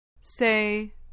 Say